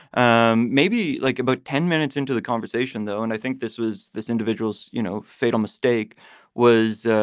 um maybe like about ten minutes into the conversation, though. and i think this was this individual's, you know, fatal mistake was.